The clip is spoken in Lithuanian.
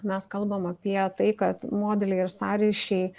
mes kalbam apie tai kad modeliai ir sąryšiai